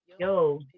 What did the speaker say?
Yo